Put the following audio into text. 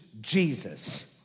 Jesus